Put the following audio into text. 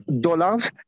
dollars